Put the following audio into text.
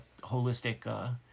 holistic